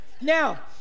Now